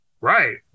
right